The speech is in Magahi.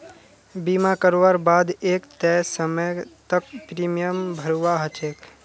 बीमा करवार बा द एक तय समय तक प्रीमियम भरवा ह छेक